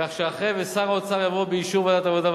כך שאחרי 'ושר האוצר' יבוא 'באישור ועדת העבודה,